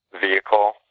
vehicle